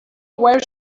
where